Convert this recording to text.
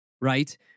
right